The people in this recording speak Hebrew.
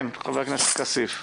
כן, חבר הכנסת כסיף.